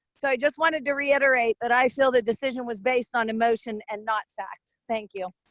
so i just wanted to reiterate that i feel that decision was based on emotion and not fact. thank you.